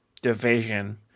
Division